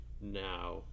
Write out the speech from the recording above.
Now